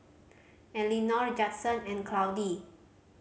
Elinor Judson and Claudie